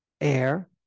air